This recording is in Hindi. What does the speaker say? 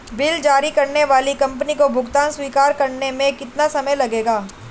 बिल जारी करने वाली कंपनी को भुगतान स्वीकार करने में कितना समय लगेगा?